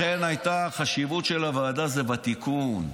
החשיבות של הוועדה זה בתיקון,